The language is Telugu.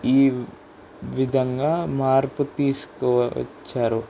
ఈ విధంగా మార్పు తీసుకు వచ్చారు